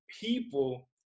people